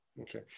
Okay